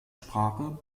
sprache